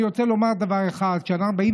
אני רוצה לומר דבר אחד: כשאנחנו באים